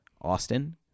Austin